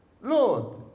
Lord